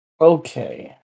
Okay